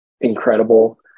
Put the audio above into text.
incredible